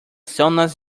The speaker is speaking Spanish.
zonas